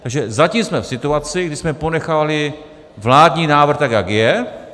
Takže zatím jsme v situaci, kdy jsme ponechali vládní návrh, tak jak je.